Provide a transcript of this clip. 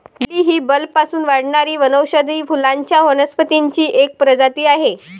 lily ही बल्बपासून वाढणारी वनौषधी फुलांच्या वनस्पतींची एक प्रजाती आहे